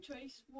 choice